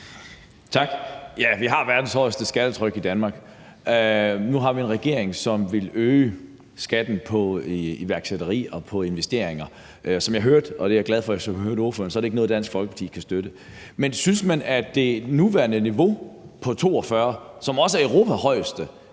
Tak. Vi har verdens højeste skattetryk i Danmark, og nu har vi en regering, som vil øge skatten på iværksætteri og på investeringer. Som jeg hørte ordføreren, og det er jeg glad for, er det ikke noget, Dansk Folkeparti kan støtte, men synes man, at det nuværende niveau på 42 pct., som også er Europas højeste,